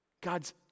God's